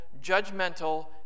judgmental